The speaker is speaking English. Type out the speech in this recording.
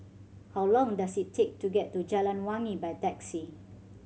how long does it take to get to Jalan Wangi by taxi